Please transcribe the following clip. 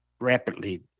rapidly